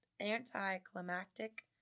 anticlimactic